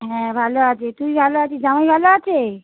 হ্যাঁ ভালো আছি তুই ভালো আছিস জামাই ভালো আছে